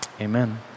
Amen